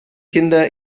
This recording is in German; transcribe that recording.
kinder